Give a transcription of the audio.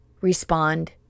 respond